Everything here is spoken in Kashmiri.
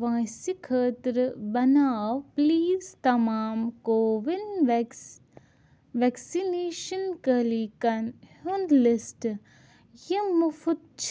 وٲنٛسہِ خٲطرٕ بناو پٕلیٖز تمام کووِن وٮ۪کس وٮ۪کسِنیشن کٕلیٖکَن ہُنٛد لِسٹ یِم مُفٕط چھِ